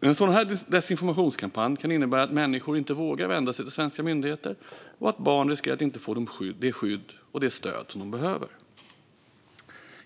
En sådan här desinformationskampanj kan innebära att människor inte vågar vända sig till svenska myndigheter och att barn riskerar att inte få det skydd och stöd som de behöver.